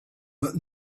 but